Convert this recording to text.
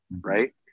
right